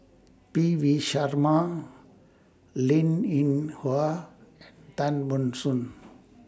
P V Sharma Linn in Hua Tan Ban Soon